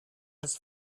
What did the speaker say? his